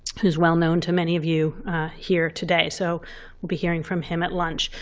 who is well known to many of you here today. so we'll be hearing from him at lunch.